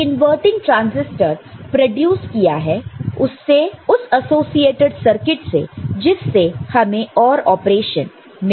एक inverting transistor produce किया है उस एसोसिएटेड सर्किट से जिससे हमें OR ऑपरेशन मिलता है